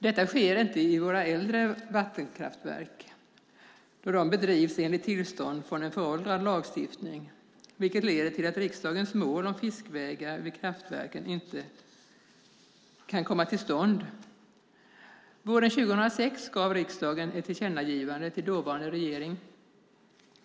Detta sker inte vid våra äldre vattenkraftverk då de bedrivs enligt tillstånd från en föråldrad lagstiftning, vilket leder till att riksdagens mål om fiskvägar vid kraftverken inte kan komma till stånd. Våren 2006 gav riksdagen ett tillkännagivande till dåvarande regering.